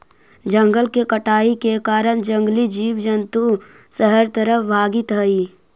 जंगल के कटाई के कारण जंगली जीव जंतु शहर तरफ भागित हइ